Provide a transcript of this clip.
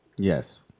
Yes